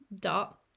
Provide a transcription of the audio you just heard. dot